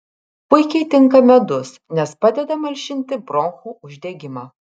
puikiai tinka medus nes padeda malšinti bronchų uždegimą